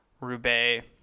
Roubaix